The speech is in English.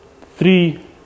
three